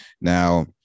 Now